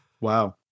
Wow